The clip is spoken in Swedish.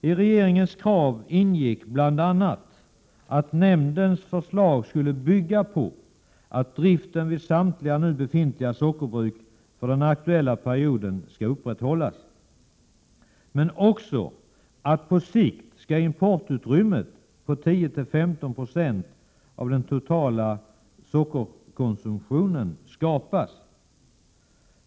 I regeringens direktiv ingick bl.a. att nämndens förslag skulle bygga på att driften vid samtliga nu befintliga sockerbruk skall upprätthållas men också att det på sikt skall skapas importutrymme på 10-15 960 av den totala sockerkonsumtionen.